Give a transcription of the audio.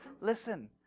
listen